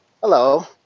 hello